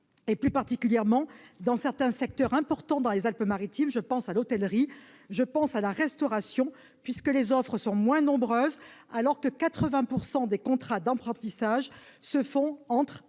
plus particulièrement dans certains secteurs importants dans les Alpes-Maritimes. Je pense à l'hôtellerie et à la restauration, puisque les offres sont moins nombreuses, alors que 80 % des contrats d'apprentissage courent entre